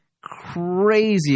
Crazy